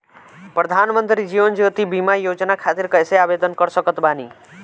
प्रधानमंत्री जीवन ज्योति बीमा योजना खातिर कैसे आवेदन कर सकत बानी?